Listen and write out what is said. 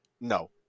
no